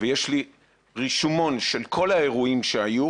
ויש לי רישומון של כל האירועים שהיו,